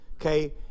Okay